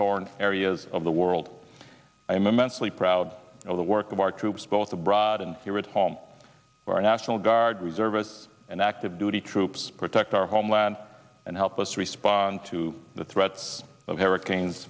torn areas of the world i am immensely proud of the work of our troops both abroad and here at home our national guard reservists and active duty troops protect our homeland and help us respond to the threats of hurricanes